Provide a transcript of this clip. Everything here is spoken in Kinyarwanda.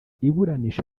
iburanisha